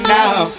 now